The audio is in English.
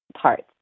parts